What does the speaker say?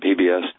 PBS